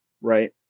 right